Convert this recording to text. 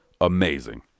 amazing